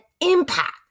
impact